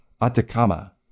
Atacama